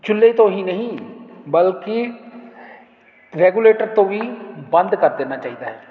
ਚੁੱਲ੍ਹੇ ਤੋਂ ਹੀ ਨਹੀਂ ਬਲਕਿ ਰੈਗੂਲੇਟਰ ਤੋਂ ਵੀ ਬੰਦ ਕਰ ਦੇਣਾ ਚਾਹੀਦਾ ਹੈ